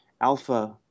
alpha